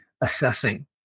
assessing